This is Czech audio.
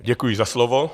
Děkuji za slovo.